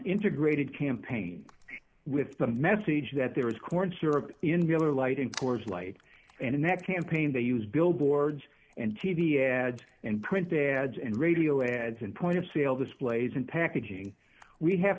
integrated campaign with the message that there is corn syrup in dealer lighting corps light and that campaign they use billboards and t v ads and printed ads and radio ads and point of sale displays and packaging we have